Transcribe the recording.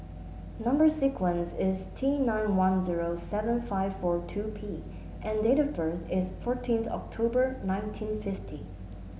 number sequence is T nine one zero seven five four two P and date of birth is fourteenth October nineteen fifty